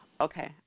okay